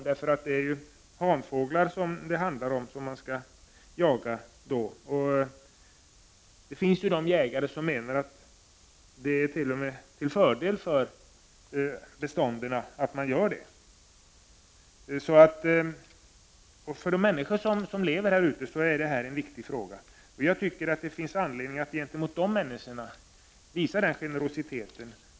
Det handlar nämligen om jakt på hanfåglarna, och det finns jägare som menar att sådan jakt t.o.m. är till fördel för bestånden. För de människor som lever där ute är detta en viktig fråga, och jag tycker det finns anledning att visa dem den generositeten.